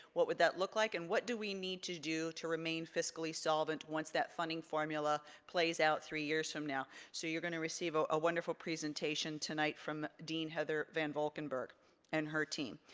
what would that look like and what do we need to do to remain fiscally solvent, once that funding formula plays out three years from now? so you're gonna receive a ah wonderful presentation tonight from dean heather van volkinburg and her team.